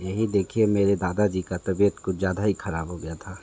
यहीं देखिए मेरे दादाजी का तबियत कुछ ज़्यादा ही ख़राब हो गया था